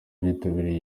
bitabiriye